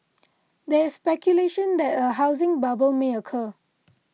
there is speculation that a housing bubble may occur